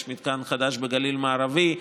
יש מתקן חדש בגליל המערבי,